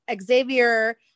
Xavier